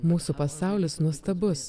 mūsų pasaulis nuostabus